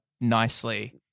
nicely